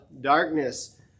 darkness